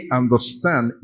understand